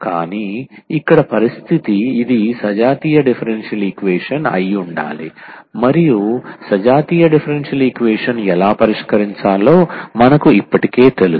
కానీ ఇక్కడ పరిస్థితి ఇది సజాతీయ డిఫరెన్షియల్ ఈక్వేషన్ అయి ఉండాలి మరియు సజాతీయ డిఫరెన్షియల్ ఈక్వేషన్ ఎలా పరిష్కరించాలో మనకు ఇప్పటికే తెలుసు